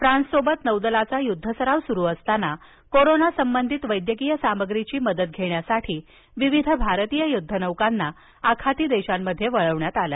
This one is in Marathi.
फ्रान्ससोबत नौदलाचा युद्धसराव सुरु असताना कोरोना संबंधित वैद्यकीय सामग्रीची मदत घेण्यासाठी विविध भारतीय युद्धनौकांना आखाती देशांमध्ये वळवण्यात आलं